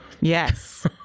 Yes